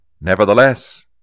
Nevertheless